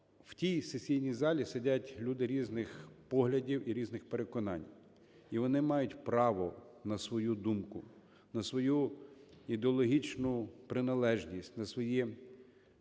В тій сесійній залі сидять люди різних поглядів і різних переконань, і вони мають право на свою думку, на свою ідеологічну приналежність, на свої